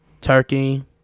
Turkey